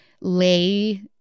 lay